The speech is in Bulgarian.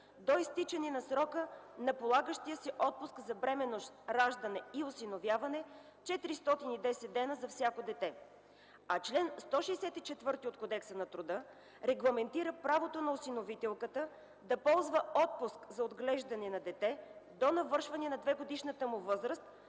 до изтичане на срока на полагащия се отпуск за бременност, раждане и осиновяване – 410 дни за всяко дете. Член 164 от Кодекса на труда регламентира правото на осиновителката да ползва отпуск за отглеждане на дете до навършване на двегодишната му възраст,